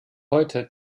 heute